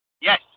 Yes